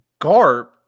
Garp